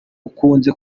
ukunze